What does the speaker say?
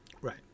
Right